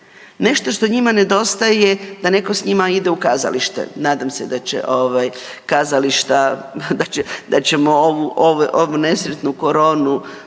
Nešto što njima nedostaje, da netko s njima ide u kazalište, nadam se da će ovaj, kazališta, da ćemo ovu nesretnu koronu,